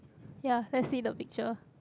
ya let's see the picture